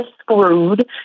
screwed